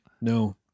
No